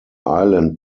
island